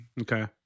Okay